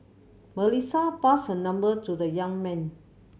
Melissa passed her number to the young man